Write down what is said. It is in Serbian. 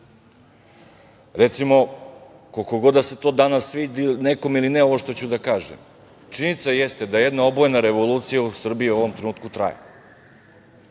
Recimo, koliko god da se danas svidi nekome ili ne ovo što ću da kažem činjenica jeste da jedna obojena revolucija u Srbiji u ovom trenutku traje.